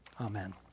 Amen